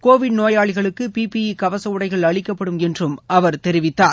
Covid நோயாளிகளுக்கு PPE கவச உடைகள் அளிக்கப்படும் என்று அவர் தெரிவித்தார்